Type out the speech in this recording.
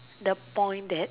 the point that